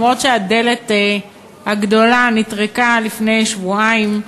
אף שהדלת הגדולה נטרקה לפני שבועיים,